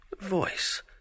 Voice